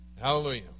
Hallelujah